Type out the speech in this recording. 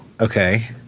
Okay